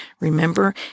Remember